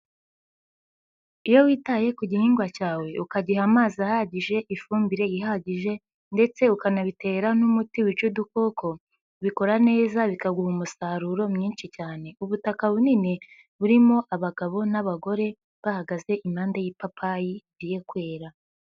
Iyo witaye ku gihingwa cyawe ukagiha amazi ahagije, ifumbire ihagije ndetse ukanabitera n'umuti wica udukoko bikura neza bikaguha umusaruro mwinshi cyane. Ubutaka bunini burimo abagabo n'abagore bahagaze impande y'ipapayi rigiye kwera.